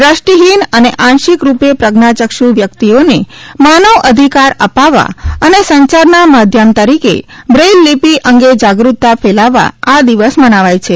દ્રષ્ટિહિન અને આશિંક રૂપે પ્રજ્ઞાયક્ષુ વ્યકિતઓને માનવ અધિકાર અપાવવા અને સંચારના માધ્યમ તરીકે બ્રેઇલ લીપી અંગે જાગૃતતા ફેલાવવા આ દિવસ મનાવાય છે